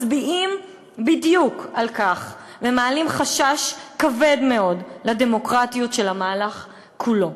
מצביעים בדיוק על כך ומעלים חשש כבד מאוד לדמוקרטיות של המהלך כולו.